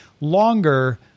longer